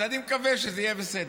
אז אני מקווה שזה יהיה בסדר.